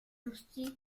ainsi